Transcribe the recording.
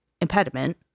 impediment